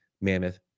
mammoth